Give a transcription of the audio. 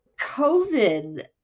COVID